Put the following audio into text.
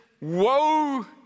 woe